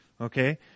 Okay